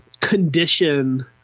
condition